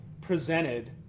presented